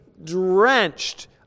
Drenched